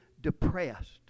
depressed